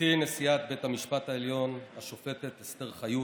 גברתי נשיאת בית המשפט העליון השופטת אסתר חיות,